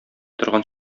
торган